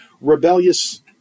rebellious